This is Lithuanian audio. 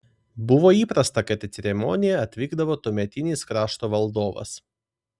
buvo įprasta kad į ceremoniją atvykdavo tuometinis krašto valdovas